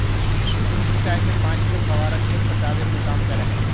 सूक्ष्म सिंचाई में पानी के फव्वारा खेत पटावे के काम करऽ हइ